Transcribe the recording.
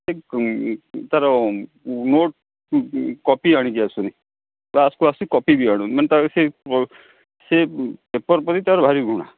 ତା'ର note copy ଆଣିକି ଆସୁନି କ୍ଲାସ୍କୁ ଆସୁଛି କପି ବି ଆଣୁନି ମାନେ ତା'ର ସେ ସେ ପେପର ପ୍ରତି ତାର ଭାରି ଘୃଣା